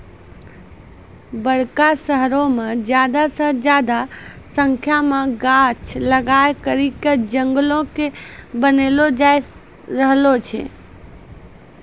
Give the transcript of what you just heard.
बड़का शहरो मे ज्यादा से ज्यादा संख्या मे गाछ लगाय करि के जंगलो के बनैलो जाय रहलो छै